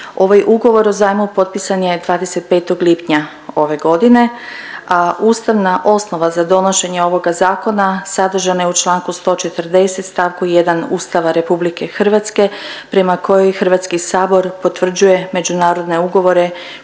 Ovaj ugovor o zajmu potpisan je 25. lipnja ove godine, a ustavna osnova za donošenje ovoga zakona sadržana je u čl. 140, st. 1 Ustava RH prema kojoj Hrvatski sabor potvrđuje međunarodne ugovore